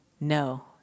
no